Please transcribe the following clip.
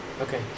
okay